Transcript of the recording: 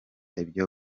ibyo